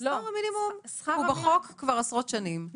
שכר המינימום בחוק כבר עשרות שנים,